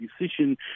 decision